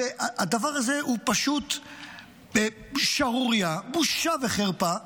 הדבר הזה הוא פשוט שערורייה, בושה וחרפה,